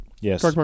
Yes